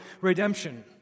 redemption